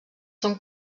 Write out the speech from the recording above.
són